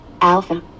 alpha